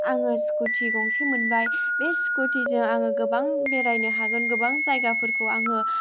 आङो स्कुटि गंसे मोनबाय बे स्कुटि जों आङो गोबां बेरायनो हागोन गोबां जायगाफोरखौ आङो